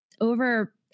over